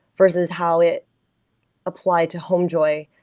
versus how it applied to homejoy,